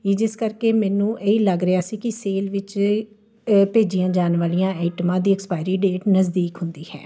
ਜਿਸ ਕਰਕੇ ਮੈਨੂੰ ਇਹ ਲੱਗ ਰਿਹਾ ਸੀ ਕਿ ਸੇਲ ਵਿੱਚ ਭੇਜੀਆਂ ਜਾਣ ਵਾਲੀਆਂ ਆਈਟਮਾਂ ਦੀ ਐਕਸਪਾਇਰੀ ਡੇਟ ਨਜ਼ਦੀਕ ਹੁੰਦੀ ਹੈ